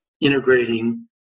integrating